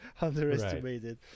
underestimated